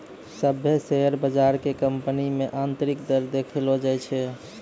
सभ्भे शेयर बजार के कंपनी मे आन्तरिक दर देखैलो जाय छै